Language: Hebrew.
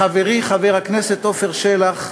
לחברי חבר הכנסת עפר שלח,